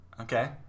Okay